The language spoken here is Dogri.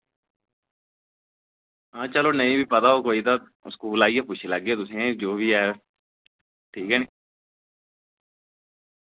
हां चलो नेईं बी पता होग कोई तां स्कूल आइयै पुच्छी लैगे तुसेंगी जो बी ऐ ठीक ऐ नी